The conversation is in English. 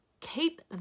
Keep